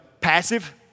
passive